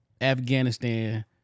Afghanistan